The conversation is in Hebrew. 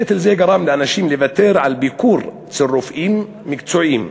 נטל זה גרם לאנשים לוותר על ביקור אצל רופאים מקצועיים,